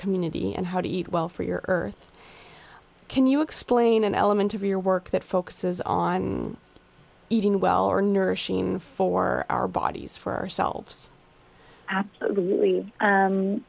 community and how to eat well for your earth can you explain an element of your work that focuses on eating well or nourishing for our bodies for ourselves absolutely